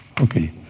okay